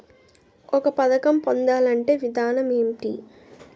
ఒక పథకం పొందాలంటే విధానం ఏంటి?